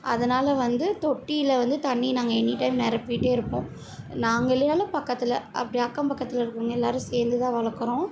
அதனால் வந்து தொட்டியில் வந்து தண்ணி நாங்கள் எனிடைம் நிரப்பிட்டே இருப்போம் நாங்கள் இல்லைனாலும் பக்கத்தில் அப்படி அக்கம் பக்கத்தில் இருக்கறவங்க எல்லோரும் சேர்ந்துதான் வளர்க்குறோம்